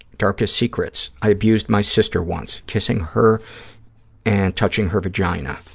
darkest secrets. i abused my sister once, kissing her and touching her vagina.